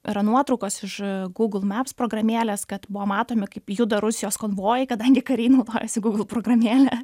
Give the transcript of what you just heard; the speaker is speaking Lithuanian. yra nuotraukos iš gūgl meps programėlės kad buvo matomi kaip juda rusijos konvojai kadangi kariai naudojosi gūgl programėle